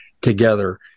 together